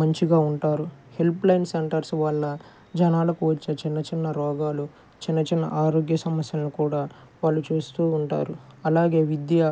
మంచిగా ఉంటారు helpline centres వల్ల జనాలకు వచ్చే చిన్న చిన్న రోగాలు చిన్న చిన్న ఆరోగ్య సమస్యలను కూడా వాళ్ళు చూస్తూ ఉంటారు అలాగే విద్యా